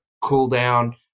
cool-down